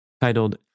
titled